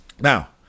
Now